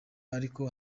ariko